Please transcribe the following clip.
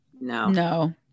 No